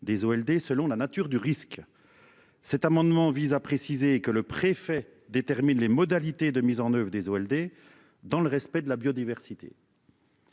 des eaux LD selon la nature du risque. Cet amendement vise à préciser que le préfet détermine les modalités de mise en oeuvre des Walder dans le respect de la biodiversité.